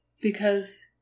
Because